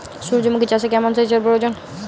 সূর্যমুখি চাষে কেমন সেচের প্রয়োজন?